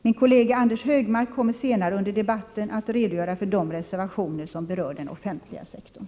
Min kollega Anders Högmark kommer senare under debatten att redogöra för de reservationer som berör den offentliga sektorn.